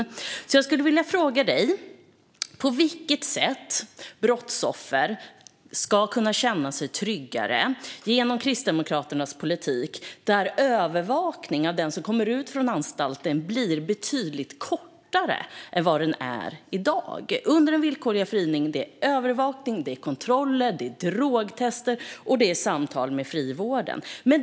Jag skulle därför vilja fråga Ingemar Kihlström på vilket sätt brottsoffer ska kunna känna sig tryggare genom Kristdemokraternas politik, där övervakning av den som kommer ut från anstalten blir betydligt kortare än vad den är i dag. Under den villkorliga frigivningen är det övervakning, kontroller, drogtester och samtal med frivården.